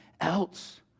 else